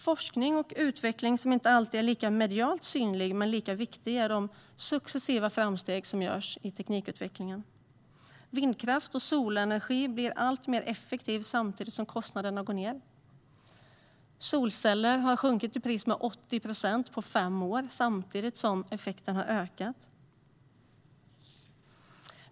Forskning och utveckling som inte alltid är lika medialt synlig men lika viktig är de successiva framsteg som görs i teknikutvecklingen. Vindkraft och solenergi blir alltmer effektiv samtidigt som kostnaderna går ned. Solceller har sjunkit i pris med 80 procent på fem år samtidigt som effekten har ökat.